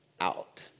out